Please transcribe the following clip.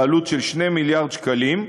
בעלות של 2 מיליארד שקלים.